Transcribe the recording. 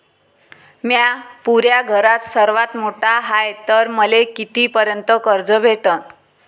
म्या पुऱ्या घरात सर्वांत मोठा हाय तर मले किती पर्यंत कर्ज भेटन?